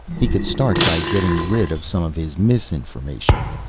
he could start by getting rid of some of his misinformation.